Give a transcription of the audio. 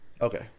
Okay